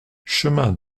chemin